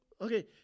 Okay